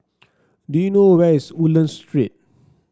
do you know where is Woodlands Street